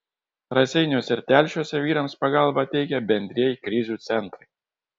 raseiniuose ir telšiuose vyrams pagalbą teikia bendrieji krizių centrai